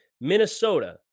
Minnesota